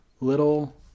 little